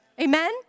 Amen